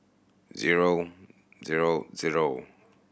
zero zero zero